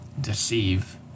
deceive